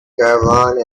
caravan